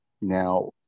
Now